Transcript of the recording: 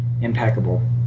impeccable